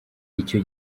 icyo